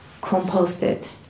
composted